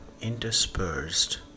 interspersed